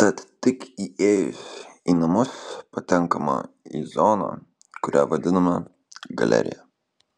tad tik įėjus į namus patenkama į zoną kurią vadiname galerija